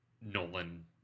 Nolan